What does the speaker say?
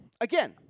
again